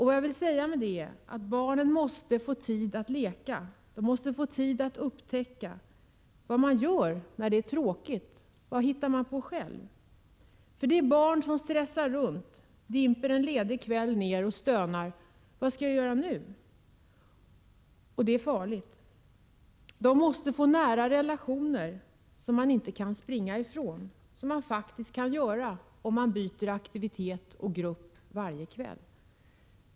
Vad jag vill säga med detta är att barnen måste få tid att leka, de måste få tid att upptäcka vad man gör när det är tråkigt, vad man själv kan hitta på. Det barn som stressar runt, dimper en ledig kväll ner och stönar: Vad skall jag göra nu? Det är farligt. Barnen måste få nära relationer, som de inte kan springa ifrån — som de faktiskt kan göra om de byter aktivitet och grupp varje kväll.